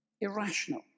irrational